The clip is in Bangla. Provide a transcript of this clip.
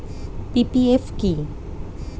পি.পি.এফ কি?